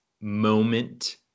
moment